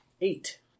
Eight